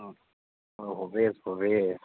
অঁ মই ভৱেশ ভৱেশ